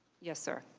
yes sir.